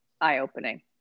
eye-opening